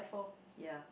ya